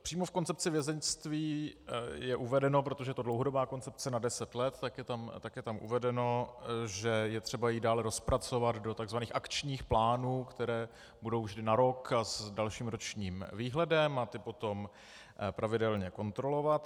Přímo v koncepci vězeňství je uvedeno, protože to je dlouhodobá koncepce na deset let, tak je tam uvedeno, že je třeba ji dále rozpracovat do takzvaných akčních plánů, které budou vždy na rok a s dalším ročním výhledem, a ty potom pravidelně kontrolovat.